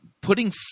putting